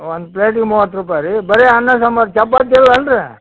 ಒಂದು ಪ್ಲೇಟಿಗೆ ಮೂವತ್ತು ರುಪಾಯಿ ರೀ ಬರೇ ಅನ್ನ ಸಾಂಬಾರು ಚಪಾತಿಯವು ಅಲ್ಲ ರೀ